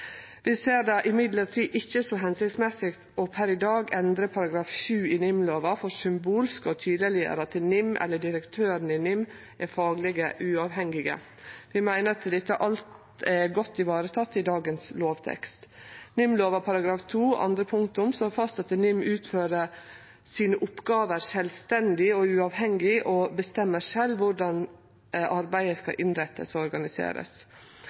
Vi ser det likevel ikkje som hensiktsmessig per i dag å endre § 7 i NIM-lova for symbolsk å tydeleggjere at NIM eller direktøren i NIM er fagleg uavhengige. Vi meiner at dette alt er godt vareteke i dagens lovtekst. NIM-lova § 2 andre punktum slår fast at NIM utfører «sine oppgaver selvstendig og uavhengig, og bestemmer selv hvordan arbeidet skal innrettes og organiseres».